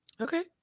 Okay